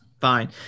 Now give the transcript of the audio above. fine